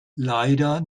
leider